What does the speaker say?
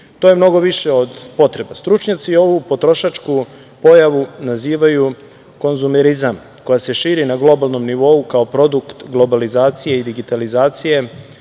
To je mnogo više od potrebe. Stručnjaci ovu potrošačku pojavu nazivaju konzumirizam, koja se širi na globalnom nivou kao produkt globalizacije i digitalizacije,